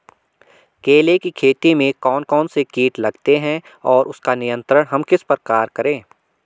केले की खेती में कौन कौन से कीट लगते हैं और उसका नियंत्रण हम किस प्रकार करें?